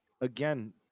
again